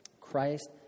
Christ